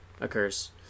occurs